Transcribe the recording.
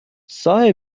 صاحب